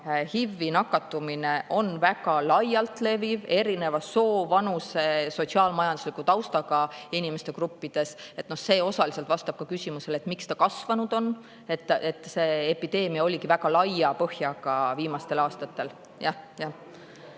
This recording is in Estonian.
HIV‑i nakatumine on väga laialt leviv erineva soo, vanuse, sotsiaal-majandusliku taustaga inimeste gruppides, osaliselt vastab ka küsimusele, miks ta levik kasvanud on. See epideemia oligi väga laia põhjaga viimastel aastatel.